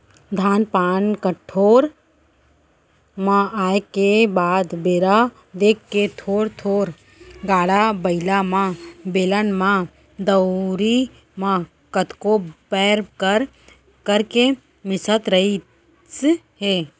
धान पान कोठार म आए के बाद बेरा देख के थोर थोर गाड़ा बइला म, बेलन म, दउंरी म कतको पैर कर करके मिसत रहिस हे